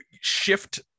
shift